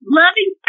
loving